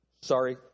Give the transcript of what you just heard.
Sorry